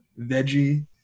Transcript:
veggie